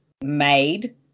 made